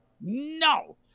No